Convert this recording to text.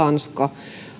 tanska